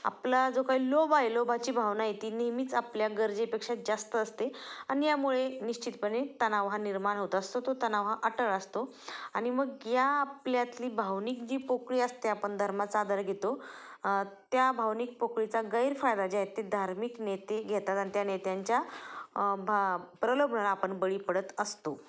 आपला जो काही लोभ आहे लोभाची भावना आहे ती नेहमीच आपल्या गरजेपेक्षा जास्त असते आणि यामुळे निश्चितपणे तणाव हा निर्माण होत असतो तो तणाव हा अटळ असतो आणि मग या आपल्यातली भावनिक जी पोकळी असते आपण धर्माचा आधार घेतो त्या भावनिक पोकळीचा गैरफायदा जे आहेत ते धार्मिक नेते घेतात आणि त्या नेत्यांच्या भा प्रलोभन आपण बळी पडत असतो